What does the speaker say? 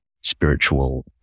spiritual